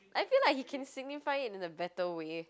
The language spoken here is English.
I feel like he can signify it in a better way